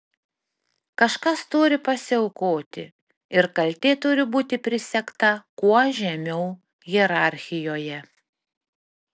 kažkas turi pasiaukoti ir kaltė turi būti prisegta kuo žemiau hierarchijoje